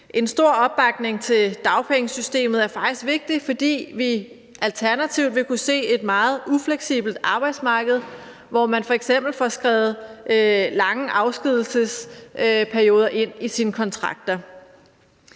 En stor opbakning til dagpengesystemet er faktisk vigtigt, fordi vi alternativt vil kunne se et meget ufleksibelt arbejdsmarked, hvor man f.eks. får skrevet lange afskedigelsesperioder ind i sine kontrakter.